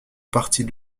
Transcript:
partie